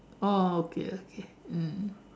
oh okay okay mm